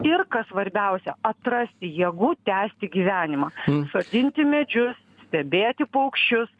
ir kas svarbiausia atrasti jėgų tęsti gyvenimą sodinti medžius stebėti paukščius